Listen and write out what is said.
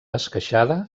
esqueixada